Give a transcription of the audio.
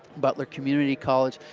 butler community college.